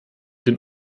den